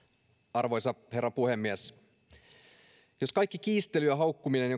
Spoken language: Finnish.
arvoisa herra puhemies jos kaikki kiistely ja haukkuminen